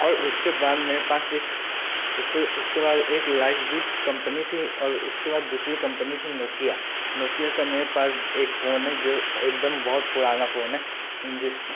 और उसके बाद मेरे पास एक तो फिर उसके बाद एक लाइफ़ गुड कम्पनी थी और उसके बाद दूसरी कम्पनी थी नोकिया नोकिया का मेरे पास एक फ़ोन है जो एक दम बहुत पुराना फ़ोन है जिसको